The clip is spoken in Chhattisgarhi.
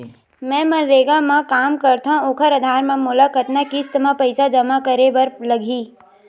मैं मनरेगा म काम करथव, ओखर आधार म मोला कतना किस्त म पईसा जमा करे बर लगही?